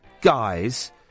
guy's